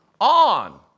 on